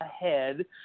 ahead